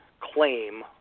claim